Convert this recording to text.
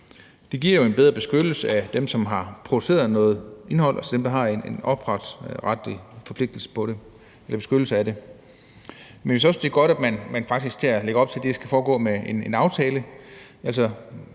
Det giver jo en bedre beskyttelse af dem, som har produceret noget indhold, og dem, der har en ophavsretlig forpligtelse på det – altså en beskyttelse af det. Men vi synes også, det er godt, at man faktisk lægger op til, at det her skal foregå via en aftale.